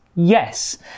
yes